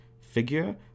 figure